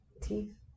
Teeth